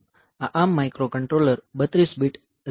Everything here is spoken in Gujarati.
આ ARM microcontroller 32 bit RISC architecture છે